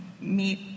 meet